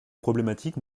problématiques